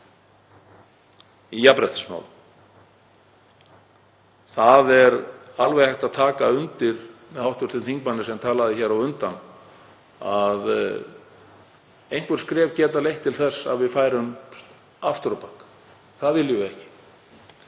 í jafnréttismálum. Það er alveg hægt að taka undir með hv. þingmanni sem talaði hér á undan um að einhver skref geti leitt til þess að við færumst aftur á bak. Það viljum við ekki.